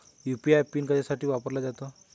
UPI pin कशासाठी वापरला जातो?